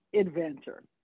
adventure